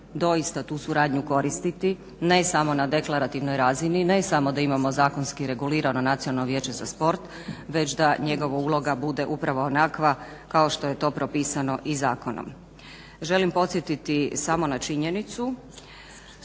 doista tu suradnju koristiti ne samo na deklarativnoj razini, ne samo da imamo zakonski regulirano nacionalno vijeće za sport već da njegova uloga bude upravo onakva kao što je to propisano i zakonom. Želim podsjetiti samo na činjenicu